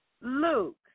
Luke